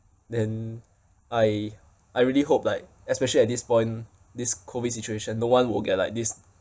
then I I really hope like especially at this point this COVID situation no one will get like this